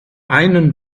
einen